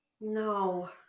No